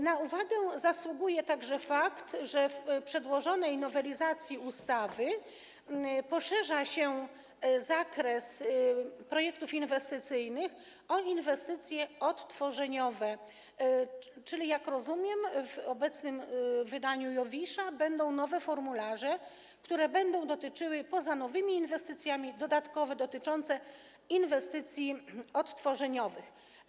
Na uwagę zasługuje także fakt, że w przedłożonej nowelizacji ustawy poszerza się zakres projektów inwestycyjnych o inwestycje odtworzeniowe, czyli - jak rozumiem - w obecnym wydaniu IOWISZ-a będą nowe formularze, które poza nowymi inwestycjami będą dodatkowo dotyczyły inwestycji odtworzeniowych.